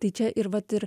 tai čia ir vat ir